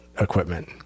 equipment